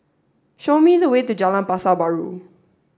show me the way to Jalan Pasar Baru